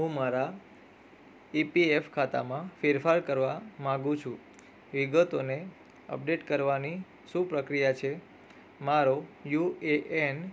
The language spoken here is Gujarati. હું મારા ઈપીએફ ખાતામાં ફેરફાર કરવા માંગુ છું વિગતોને અપડેટ કરવાની શું પ્રક્રિયા છે મારો યુએએન